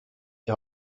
die